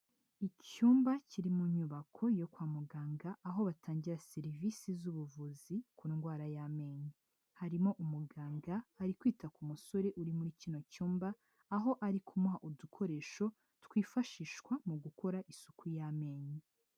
Icyumba kiri mu nyubako yo kwa muganga aho batangira serivisi z'ubuvuzi ku ndwara y'amenyo, harimo umuganga ari kwita ku musore uri muri kino cyumba aho ari kumuha udukoresho twifashishwa mu gukora isuku y'amenyo.